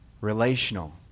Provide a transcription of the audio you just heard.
relational